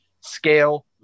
scale